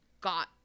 got